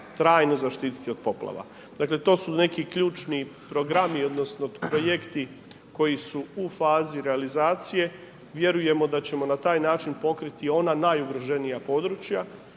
trajno zaštiti od poplava. Dakle to su neki ključni programi, odnosno projekti koji su u fazi realizacije. Vjerujemo da ćemo na taj način pokriti ona najugroženija područja.